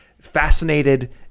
fascinated